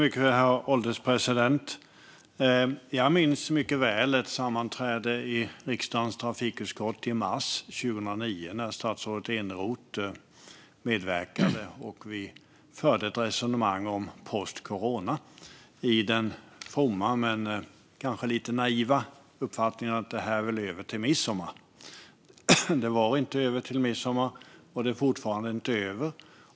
Herr ålderspresident! Jag minns mycket väl ett sammanträde i riksdagens trafikutskott i mars 2020 när statsrådet Eneroth medverkade och vi förde ett resonemang om "post corona" i den fromma men kanske lite naiva förhoppningen att det skulle vara över till midsommar. Det var inte över till midsommar, och det är fortfarande inte över.